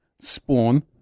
Spawn